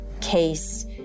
case